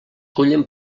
cullen